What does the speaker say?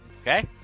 Okay